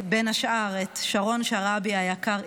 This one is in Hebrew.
בין השאר, את שרון שרעבי היקר.